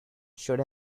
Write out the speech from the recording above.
should